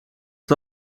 het